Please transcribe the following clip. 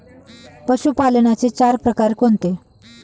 पशुपालनाचे चार प्रकार कोणते?